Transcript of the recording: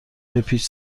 بپیچ